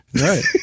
Right